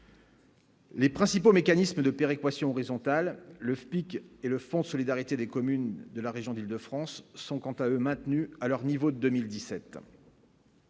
Les principaux mécanismes de péréquation horizontales, le flic et le Fonds solidarité des communes de la région d'Île-de-France sont quant à eux, maintenus à leur niveau de 2017.